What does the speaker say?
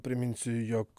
priminsiu jog